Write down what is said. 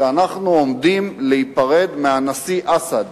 שאנחנו עומדים להיפרד מהנשיא אסד